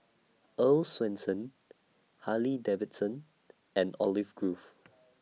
Earl's Swensens Harley Davidson and Olive Grove